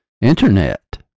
internet